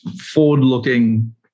forward-looking